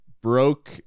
Broke